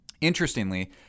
Interestingly